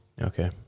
Okay